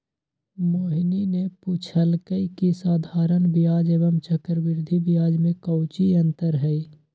मोहिनी ने पूछल कई की साधारण ब्याज एवं चक्रवृद्धि ब्याज में काऊची अंतर हई?